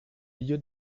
milieu